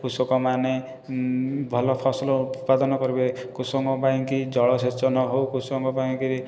କୃଷକମାନେ ଭଲ ଫସଲ ଉତ୍ପାଦନ କରିବେ କୃଷକଙ୍କ ପାଇଁକି ଜଳ ସେଚନ ହେଉ କୃଷକଙ୍କ ପାଇଁକି